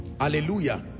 Hallelujah